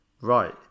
right